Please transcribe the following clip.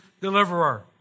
deliverer